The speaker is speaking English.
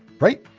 right.